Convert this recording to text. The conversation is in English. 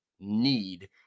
Need